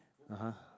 (uh huh)